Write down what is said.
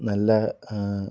നല്ല